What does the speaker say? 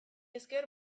esker